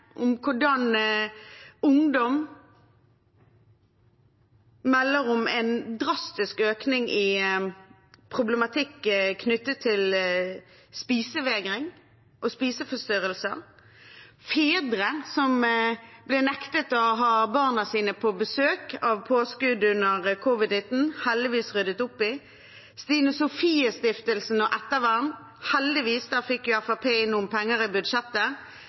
om hvordan ungdom melder om en drastisk økning i problematikk knyttet til spisevegring og spiseforstyrrelser. Fedre har blitt nektet å ha barna sine på besøk under påskudd av covid-19, noe som heldigvis ble ryddet opp i. Når det gjelder Stine Sofies Stiftelse og ettervern, fikk Fremskrittspartiet heldigvis inn noen penger i budsjettet.